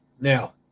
Now